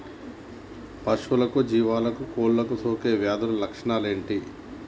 పశువులకు జీవాలకు కోళ్ళకు సోకే వ్యాధుల లక్షణాలు ఏమిటి?